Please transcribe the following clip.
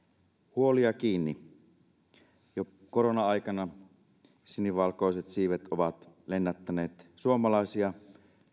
huoli ja kiinni korona aikana sinivalkoiset siivet ovat lennättäneet suomalaisia